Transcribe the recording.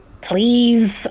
Please